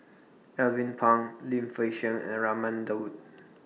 Alvin Pang Lim Fei Shen and Raman Daud